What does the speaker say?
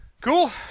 Cool